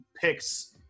picks